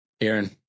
Aaron